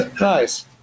Nice